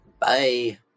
Bye